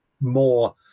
more